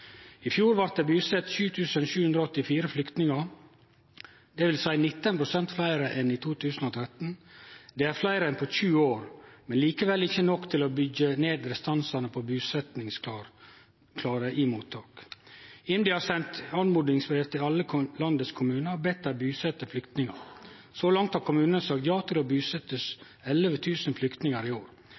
I fjor ble det bosatt 7 784 flyktninger, dvs. 19 pst. flere enn i 2013. Dette er flere enn på 20 år, men ikke på langt nær nok til å bygge ned restansen av bosettingsklare i mottak. Integrerings- og mangfoldsdirektoratet har nå sendt ut anmodningsbrev til alle landets kommuner og bedt dem bosette flyktninger. Så langt har kommunene sagt ja til å bosette 11 000 flyktninger i